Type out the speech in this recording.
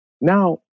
now